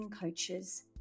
coaches